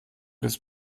des